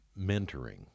mentoring